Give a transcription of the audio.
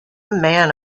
man